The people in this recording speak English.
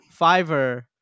Fiverr